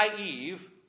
naive